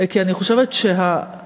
כי אני חושבת שהעלות